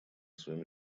своим